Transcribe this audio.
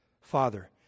Father